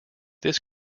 this